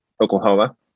Oklahoma